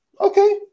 okay